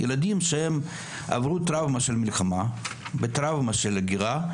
ילדים שעברו טראומה של מלחמה וטראומה של הגירה,